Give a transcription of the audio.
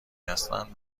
هستند